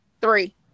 Three